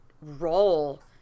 role